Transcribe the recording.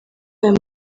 ayo